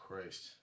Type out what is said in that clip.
Christ